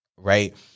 Right